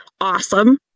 awesome